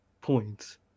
points